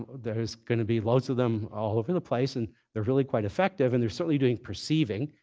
there's going to be loads of them all over the place, and they're really quite effective. and they're certainly doing perceiving,